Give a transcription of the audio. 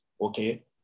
okay